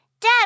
Dad